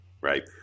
right